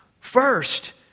First